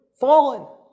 fallen